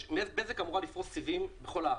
בזק אמורה לפרוס סיבים בכל הארץ,